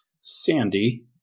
Sandy